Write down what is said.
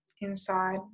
inside